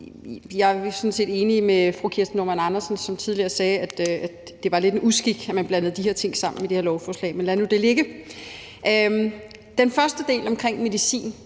Jeg er jo sådan set enig med fru Kirsten Normann Andersen, som tidligere sagde, at det var lidt af en uskik, at man blandede de her ting sammen i det her lovforslag, men lad nu det ligge. Den første del omkring medicin